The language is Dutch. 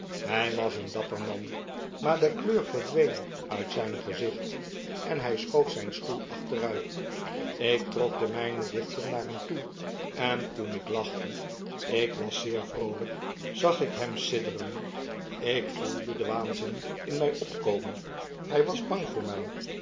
hij was een dapper man maar de kleur verdween uit zijn gezicht en hij schoof zijn stoel achteruit ik trok den mijne dichter naar hem toe en toen ik lachte ik was zeer vroolijk zag ik hem sidderen ik voelde den waanzin in mij opkomen hij was bang voor mij